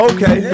Okay